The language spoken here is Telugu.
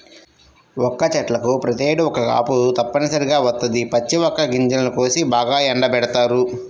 వక్క చెట్లకు ప్రతేడు ఒక్క కాపు తప్పనిసరిగా వత్తది, పచ్చి వక్క గింజలను కోసి బాగా ఎండబెడతారు